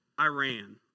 Iran